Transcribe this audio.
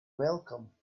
welcome